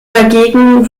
dagegen